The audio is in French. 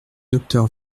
docteur